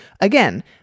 Again